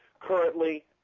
currently